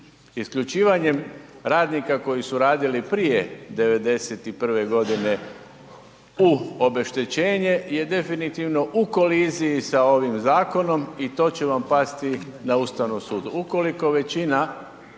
Isključivanjem radnika koji su radili prije '91. godine u obeštećenje je definitivno u koliziji sa ovim zakonom i to će vam pasti na Ustavnom sudu